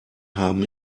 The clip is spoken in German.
haben